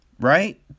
right